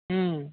हं